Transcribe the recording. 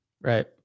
Right